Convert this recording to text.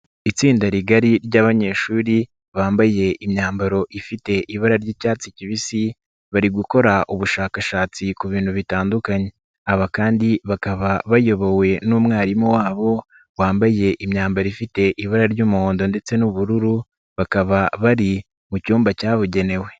Itsinda rigari ry'abanyeshuri bambaye imyambaro ifite ibara ry'icyatsi kibisi bari gukora ubushakashatsi ku bintu bitandukanye, aba kandi bakaba bayobowe n'umwarimu wabo wambaye imyambaro ifite ibara ry'umuhondo ndetse n'ubururu, bakaba bari mu cyumba cyabugenewe.